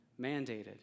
mandated